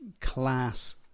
class